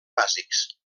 bàsics